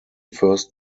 first